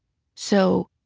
so,